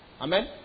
Amen